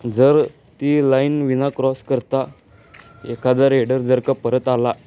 जर ती लाईन विना क्रॉस करता एखादा रेडर जर का परत आला